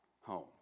home